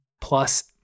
Plus